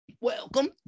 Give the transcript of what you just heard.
welcome